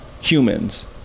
humans